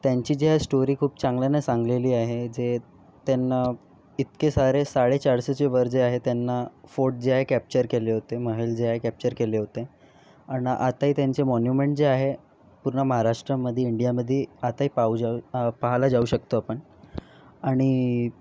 त्यांची ज्या स्टोरी खूप चांगल्यानी सांगलेली आहे जे त्यांना इतके सारे साडेचारशेच्या वर जे आहे त्यांना फोर्ट जे कॅप्चर केले होते महेल जे आहे ते कॅप्चर केले होते आणि आत्ताही त्यांचे मोन्युमेन्ट जे आहे पूर्ण महाराष्ट्रामध्ये इंडियामध्ये आताही पाहू जाऊ पहायला जाऊ शकतो आपण आणि